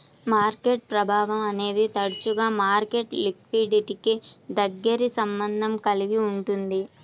market ప్రభావం అనేది తరచుగా మార్కెట్ లిక్విడిటీకి దగ్గరి సంబంధం కలిగి ఉంటుంది